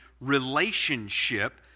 relationship